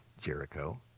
Jericho